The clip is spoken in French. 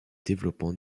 développement